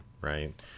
right